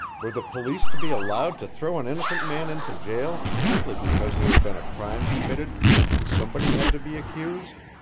were the police to be allowed to throw an innocent man into jail simply because there had been a crime committed and somebody had to be accused?